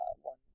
one